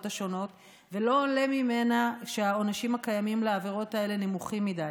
השונות ולא עולה ממנה שהעונשים הקיימים לעבירות האלה נמוכים מדי.